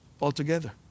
altogether